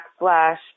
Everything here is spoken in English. backslash